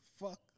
Fuck